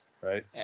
right